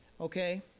okay